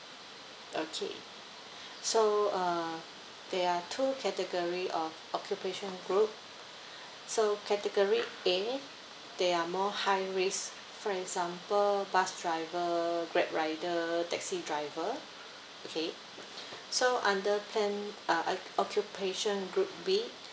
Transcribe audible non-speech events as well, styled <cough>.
okay so uh there are two category of occupation group so category A they are more high risk for example bus driver grab rider taxi driver okay <breath> so under plan uh oc~ occupation group B